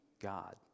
God